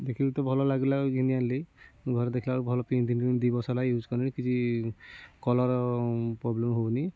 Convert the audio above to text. ଦେଖିଲେ ତ ଭଲ ଲାଗିଲା ଘିନି ଆଇଲି ଘରେ ଦେଖିଲା ବେଳକୁ ଭଲ ପିନ୍ଧିନିନି ଦୁଇ ବର୍ଷ ହେଲା ୟୁଜ୍ କଲିଣି କିଛି କଲର୍ ପ୍ରୋବ୍ଲେମ୍ ହେଉନି